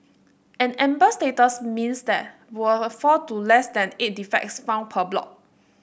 an amber status means there were four to less than eight defects found per block